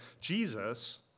Jesus